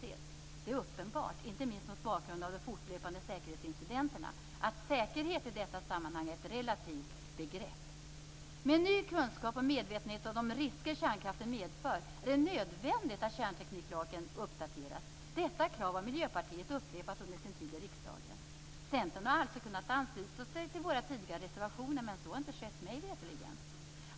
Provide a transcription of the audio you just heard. Det är uppenbart, inte minst mot bakgrund av de fortlöpande säkerhetsincidenterna, att "säkerhet" i detta sammanhang är ett relativt begrepp. Med ny kunskap och medvetenhet om de risker kärnkraften medför är det nödvändigt att kärntekniklagen uppdateras. Detta krav har Miljöpartiet upprepat under sin tid i riksdagen. Centern har alltså kunnat ansluta sig till våra tidigare reservationer, men så har mig veterligen inte skett.